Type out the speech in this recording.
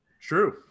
True